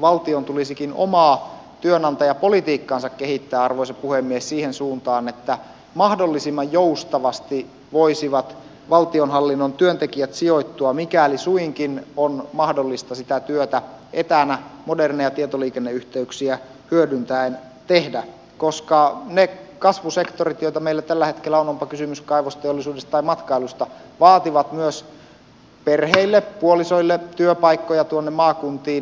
valtion tulisikin omaa työnantajapolitiikkaansa kehittää arvoisa puhemies siihen suuntaan että mahdollisimman joustavasti voisivat valtionhallinnon työntekijät sijoittua mikäli suinkin on mahdollista sitä työtä etänä moderneja tietoliikenneyhteyksiä hyödyntäen tehdä koska ne kasvusektorit joita meillä tällä hetkellä on onpa kysymys kaivosteollisuudesta tai matkailusta vaativat myös perheille puolisoille työpaikkoja maakuntiin